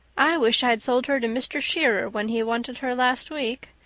i wish i'd sold her to mr. shearer when he wanted her last week,